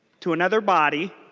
to another body